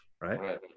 right